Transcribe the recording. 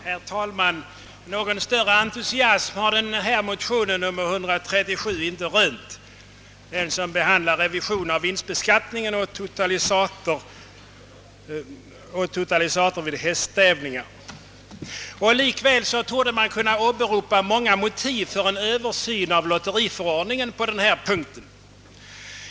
Herr talman! Någon större entusiasm har motionen nr 137 inte rönt. Motionen behandlar revision av vinstbeskattningen på totalisatorvinst vid hästtävlingar. Likväl torde man kunna åberopa många motiv för en översyn av lotteriförordningen på den punkten.